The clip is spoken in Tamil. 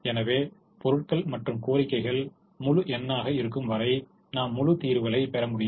எனவே பொருட்கள் மற்றும் கோரிக்கைகள் முழு எண்ணாக இருக்கும் வரை நாம் முழு தீர்வுகளைப் பெற முடியும்